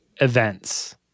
Events